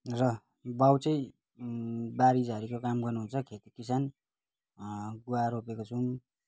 र बाबु चाहिँ बारीझारीको काम गर्नुहुन्छ खेतीकिसान गुवा रोपेको छौँ